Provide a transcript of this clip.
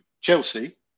Chelsea